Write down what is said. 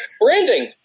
branding